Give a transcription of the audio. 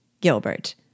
Gilbert